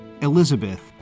Elizabeth